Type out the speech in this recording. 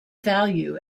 value